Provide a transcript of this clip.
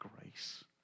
grace